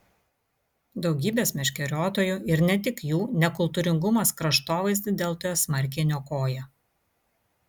daugybės meškeriotojų ir ne tik jų nekultūringumas kraštovaizdį deltoje smarkiai niokoja